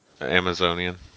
Amazonian